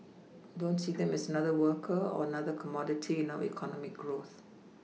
don't see them as another worker or another commodity in our economic growth